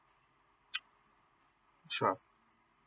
sure